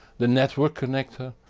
the network connector,